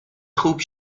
خوب